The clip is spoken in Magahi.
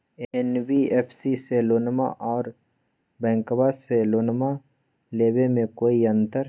एन.बी.एफ.सी से लोनमा आर बैंकबा से लोनमा ले बे में कोइ अंतर?